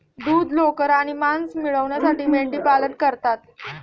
दूध, लोकर आणि मांस मिळविण्यासाठी मेंढीपालन करतात